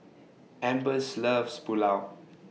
Ambers loves Pulao